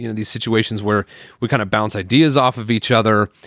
you know these situations where we kind of bounce ideas off of each other.